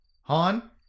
Han